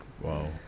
Wow